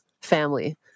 family